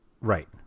right